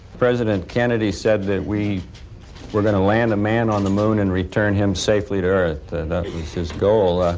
president kennedy said that we were going to land a man on the moon and return him safely to earth, that was his goal. ah